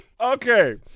Okay